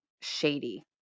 shady